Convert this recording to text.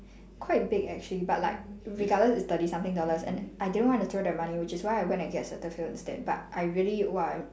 quite big actually but like regardless it's thirty something dollars and I didn't want to throw the money which is why I went and get cetaphil instead but I really !whoa! I